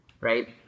right